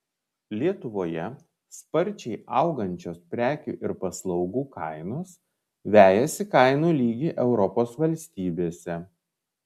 lietuvoje sparčiai augančios prekių ir paslaugų kainos vejasi kainų lygį europos valstybėse